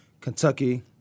Kentucky